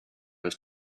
was